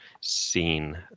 seen